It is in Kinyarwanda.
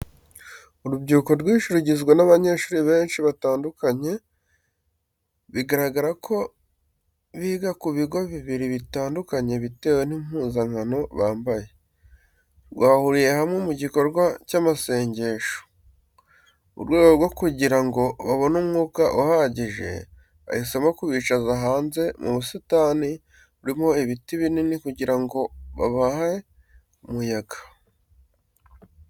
Urubyiruko rwinshi rugizwe n'abanyeshuri benshi batandukanye, bigaragara ko biga ku bigo bibiri bitandukanye bitewe n'impuzankano bambaye, rwahurijwe hamwe mu gikorwa cy'amasengesho. Mu rwego rwo kugira ngo babone umwuka uhagije, bahisemo kubicaza hanze mu busitani burimo ibiti binini kugira ngo bibahe umuyaga.